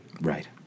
Right